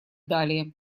далее